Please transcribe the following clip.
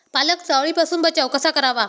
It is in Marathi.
पालकचा अळीपासून बचाव कसा करावा?